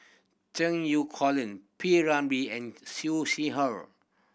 Cheng You Colin P Ramlee and Siew Sea Her